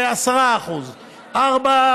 10%; 4,